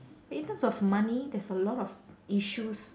in terms of money there's a lot of issues